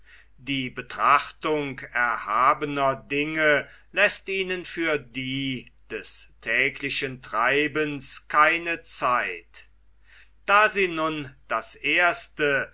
die betrachtung erhabener dinge läßt ihnen für die des täglichen treibens keine zeit da sie nun das erste